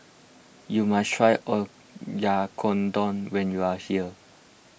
you must try Oyakodon when you are here